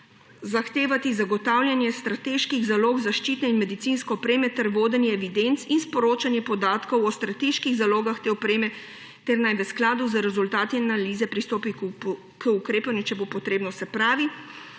zahtevati zagotavljanje strateških zalog zaščite in medicinske opreme ter vodenje evidenc in sporočanje podatkov o strateških zalogah te opreme, ter naj v skladu z rezultati analize pristopi k ukrepanju, če bo potrebno. Se pravi,